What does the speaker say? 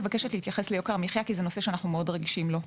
לגבי יוקר המחיה זה נושא שאנחנו מאוד רגישים לו.